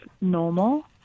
normal